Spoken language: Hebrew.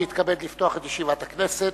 אדוני סגן ראש הממשלה,